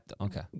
okay